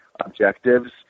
objectives